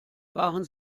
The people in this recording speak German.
waren